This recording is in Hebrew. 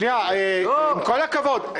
שנייה, עם כל הכבוד.